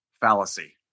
fallacy